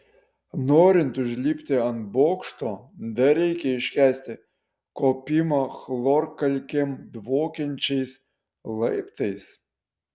norint užlipti ant bokšto dar reikia iškęsti kopimą chlorkalkėm dvokiančiais laiptais